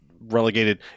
relegated